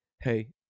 hey